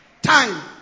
Time